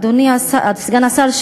אדוני סגן השר,